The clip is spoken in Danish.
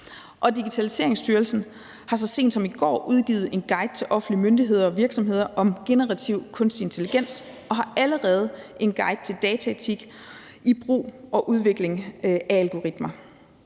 Digitaliseringsstyrelsen har så sent som i går udgivet en guide til offentlige myndigheder og virksomheder om generativ kunstig intelligens og har allerede en guide til dataetik i brug og udvikling algoritmer.